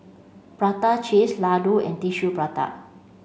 prata cheese laddu and tissue prata